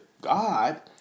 God